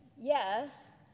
yes